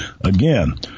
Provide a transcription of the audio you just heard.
Again